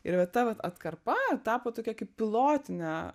ir va ta vat atkarpa tapo tokia kaip pilotinė